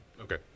Okay